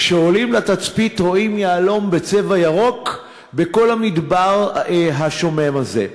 כשעולים לתצפית רואים יהלום בצבע ירוק בכל המדבר השומם הזה.